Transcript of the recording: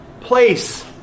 place